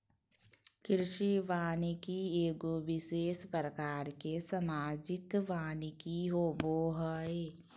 कृषि वानिकी एगो विशेष प्रकार के सामाजिक वानिकी होबो हइ